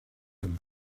him